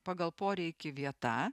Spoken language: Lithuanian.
pagal poreikį vieta